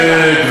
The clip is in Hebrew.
ראשית,